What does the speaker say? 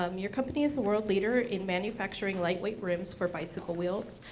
um your company's a world leader in manufacturing lightweight rims for bicycle wheels.